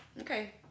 Okay